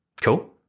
Cool